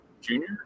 Junior